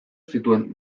zituen